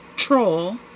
troll